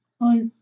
Hi